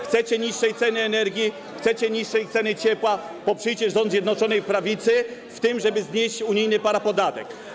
Chcecie niższej ceny energii, chcecie niższej ceny ciepła, poprzyjcie rząd Zjednoczonej Prawicy w tym, żeby znieść unijny parapodatek.